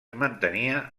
mantenia